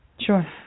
Sure